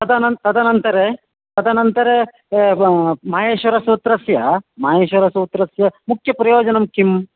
तदनन्तरं तदनन्तरे तदनन्तरे माहेश्वरसूत्रस्य माहेश्वरसूत्रस्य मुख्यप्रयोजनं किम्